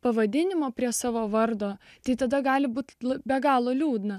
pavadinimo prie savo vardo tai tada gali būti be galo liūdna